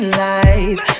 life